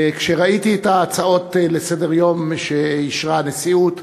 כשראיתי את ההצעות לסדר-היום שאישרה הנשיאות,